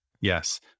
Yes